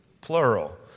plural